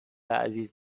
عزیز